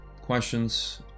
questions